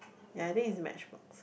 ya that is match box